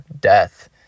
death